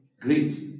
great